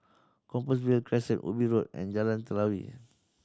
Compassvale Crescent Ubi Road and Jalan Telawi